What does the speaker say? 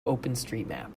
openstreetmap